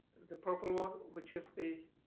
the purple one, which is the